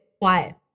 quiet